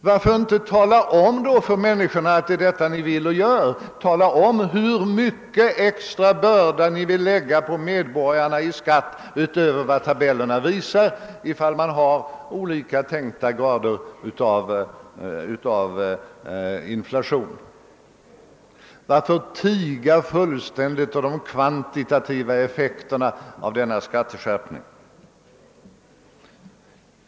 Varför inte tala om för människorna att det är detta ni vill? Tala om hur stor extra börda ni vill lägga på medborgarna i skatt vid olika grader av inflation — utöver vad tabellerna visar! Varför fullständigt tiga om de kvantitativa effekterna av skatteskärpningen?